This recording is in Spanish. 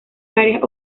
varias